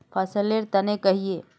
फसल लेर तने कहिए?